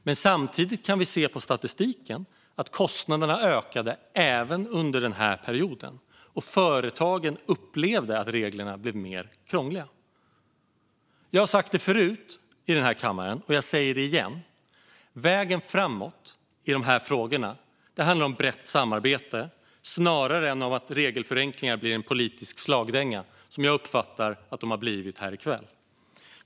Men samtidigt kan vi se på statistiken att kostnaderna ökade även under den perioden, och företagen upplevde att reglerna blev mer krångliga. Jag har sagt det förut i denna kammare, och jag säger det igen: Vägen framåt i dessa frågor handlar om brett samarbete snarare än om att regelförenklingar blir en politisk slagdänga, som jag uppfattar att de har blivit här i kväll.